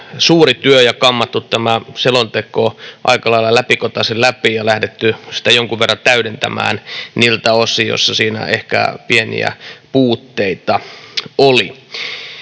suuri työ ja kammattu tämä selonteko aika lailla läpikotaisin läpi ja lähdetty sitä jonkun verran täydentämään niiltä osin, missä siinä ehkä pieniä puutteita oli.